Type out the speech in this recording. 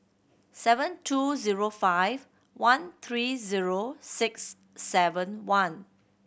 seven two zero five one three zero six seven one